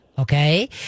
Okay